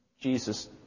Jesus